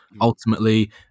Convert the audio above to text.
ultimately